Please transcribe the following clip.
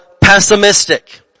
pessimistic